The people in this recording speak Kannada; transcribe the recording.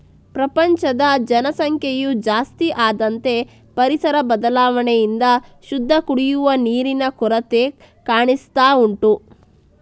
ಪ್ರಪಂಚದ ಜನಸಂಖ್ಯೆಯು ಜಾಸ್ತಿ ಆದಂತೆ ಪರಿಸರ ಬದಲಾವಣೆಯಿಂದ ಶುದ್ಧ ಕುಡಿಯುವ ನೀರಿನ ಕೊರತೆ ಕಾಣಿಸ್ತಾ ಉಂಟು